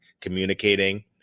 communicating